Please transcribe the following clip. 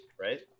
Right